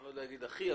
לא יודע אם הכי כואב,